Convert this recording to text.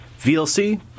VLC